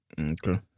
Okay